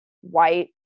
white